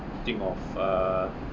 think of err